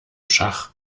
schach